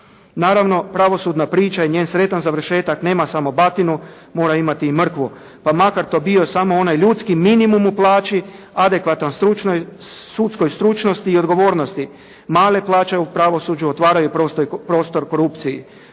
Naravno pravosudna priča i njen sretan završetak nema samo batinu mora imati i mrkvu. Pa makar to bio samo onaj ljudski minimum u plaći adekvatan stručnoj, sudskoj stručnosti i odgovornosti. Male plaće u pravosuđu otvaraju prostor korupciji.